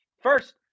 First